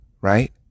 right